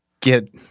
get